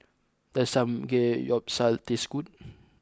does Samgeyopsal taste good